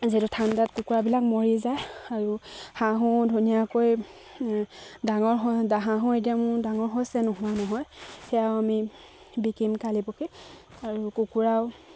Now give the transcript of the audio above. যিহেতু ঠাণ্ডাত কুকুৰাবিলাক মৰি যায় আৰু হাঁহো ধুনীয়াকৈ ডাঙৰ হাঁহো এতিয়া মোৰ ডাঙৰ হৈছে নোহোৱা নহয় সেয়াও আমি বিকিম কালি পৰহি আৰু কুকুৰাও